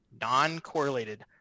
non-correlated